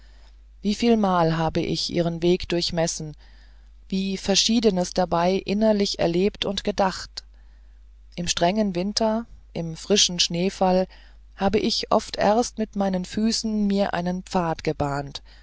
wievielmal habe ich ihren weg durchmessen wie verschiedenes dabei innerlich erlebt und gedacht im strengen winter nach frischem schneefall habe ich oft erst mit meinen füßen mir einen pfad gebahnt